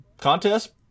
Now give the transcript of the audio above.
Contest